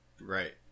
Right